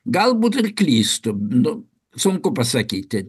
galbūt ir klystu nu sunku pasakyti